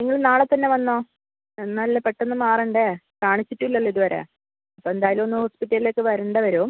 നിങ്ങൾ നാളെത്തന്നെ വന്നോ എന്നാലല്ലേ പെട്ടെന്ന് മാറേണ്ടേ കാണിച്ചിട്ടും ഇല്ലല്ലോ ഇതുവരെ അപ്പം എന്തായാലും ഒന്ന് ഹോസ്പിറ്റലിലേക്ക് വരേണ്ടി വരും